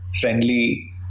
friendly